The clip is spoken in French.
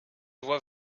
vois